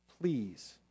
please